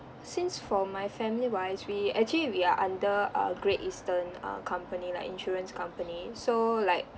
since for my family wise we actually we are under uh great eastern uh company like insurance company so like